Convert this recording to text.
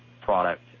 product